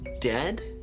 dead